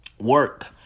work